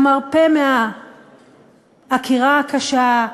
המרפא מהעקירה הקשה,